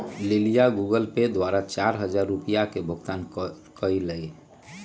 लिलीया Google Pay द्वारा चार हजार रुपिया के भुगतान कई लय